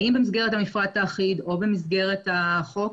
האם במסגרת המפרט האחיד או במסגרת החוק,